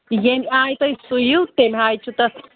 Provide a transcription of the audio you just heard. ییٚمہِ آیہِ تُہۍ سُوِوتَمہِ آیہِ چھُ تَتھ